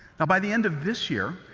by the end of this year,